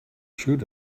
shoot